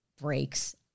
breaks